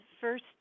first